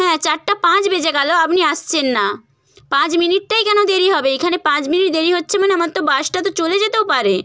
হ্যাঁ চারটা পাঁচ বেজে গেলো আপনি আসছেন না পাঁচ মিনিটটাই কেন দেরি হবে এইখানে পাঁচ মিনিট দেরি হচ্ছে মানে আমার তো বাসটা তো চলে যেতেও পারে